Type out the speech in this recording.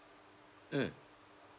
mm